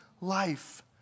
life